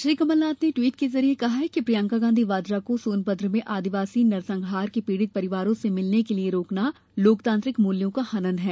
श्री कमलनाथ ने ट्वीट के जरिए कहा कि प्रियंका गांधी को सोनभद्र में आदिवासी नरसंहार के पीड़ित परिवारों से मिलने के लिये रोकना लोकतांत्रिक मूल्यों का हनन है